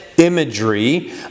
imagery